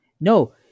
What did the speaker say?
No